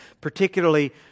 Particularly